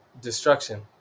destruction